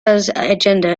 agenda